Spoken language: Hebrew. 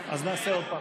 נעשה עוד פעם.